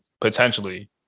potentially